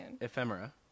Ephemera